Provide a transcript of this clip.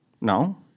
No